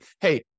hey